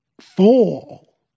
fall